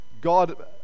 God